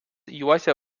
juosia